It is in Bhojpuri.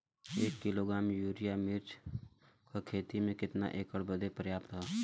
एक किलोग्राम यूरिया मिर्च क खेती में कितना एकड़ बदे पर्याप्त ह?